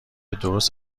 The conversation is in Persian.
درست